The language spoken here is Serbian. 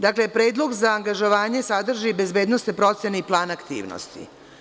Dakle, predlog za angažovanje sadrži bezbednosne procene i plan aktivnosti.